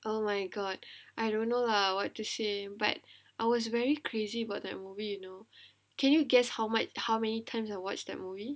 oh my god I don't know lah what to say but I was very crazy about that movie you know can you guess how much how many times I watch that movie